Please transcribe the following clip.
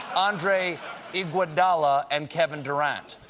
andre iguadala and kevin durant.